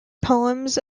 poems